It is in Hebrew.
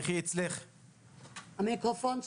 שלום לוועדה, תודה רבה על רשות